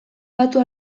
batu